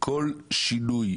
כל שינוי,